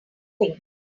things